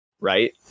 Right